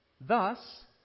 Thus